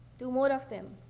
do more of them.